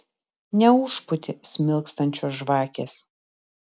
neužpūtė smilkstančios žvakės